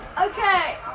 okay